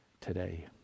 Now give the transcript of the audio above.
today